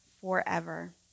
forever